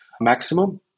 maximum